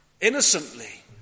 innocently